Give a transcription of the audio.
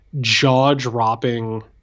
jaw-dropping